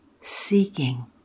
seeking